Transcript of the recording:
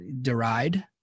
deride